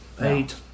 Eight